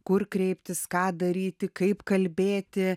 kur kreiptis ką daryti kaip kalbėti